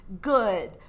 good